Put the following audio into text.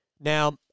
Now